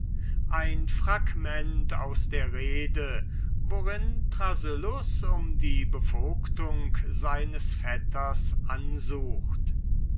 ein fragment aus der rede worin thrasyllus um die bevogtung seines vettern ansuchte